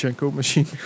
machine